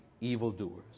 evildoers